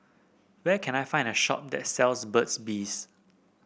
where can I find a shop that sells Burt's Bee